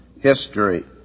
history